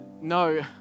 no